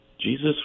Jesus